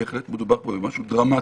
שבהחלט מדובר פה במשהו דרמטי.